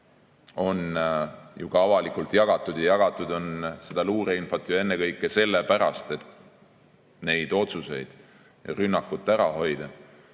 on ju ka avalikult jagatud. Ja jagatud on seda luureinfot ennekõike sellepärast, et neid otsuseid, rünnakut ära hoida,